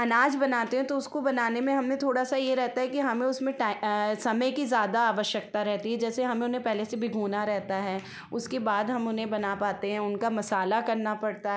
अनाज बनाते हैं तो उसको बनाने में हमें थोड़ा सा ये रहता है कि हमें उसमें समय की ज़्यादा आवश्यकता रहती है जैसे हमें उन्हें पहले से भिगोना रहता है उसके बाद हम उन्हें बना पाते हैं उनका मसाला करना पड़ता है